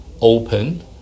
open